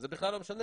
זה בכלל לא משנה,